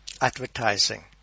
advertising